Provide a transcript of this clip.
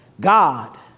God